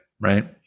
right